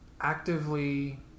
actively